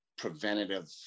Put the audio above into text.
preventative